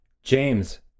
James